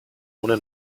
ohne